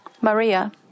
Maria